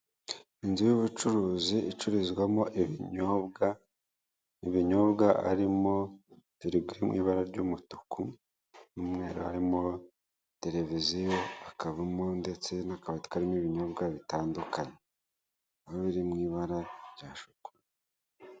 Inzu y'ubucuruzi icururizwamo ibinyobwa, ibinyobwa arimo firigo iri mu ibara ry'umutuku n'umweru, harimo televiziyo hakabamo ndetse n'akabati karimo ibinyobwa bitandukanye, nayo iri mu ibara rya shokora.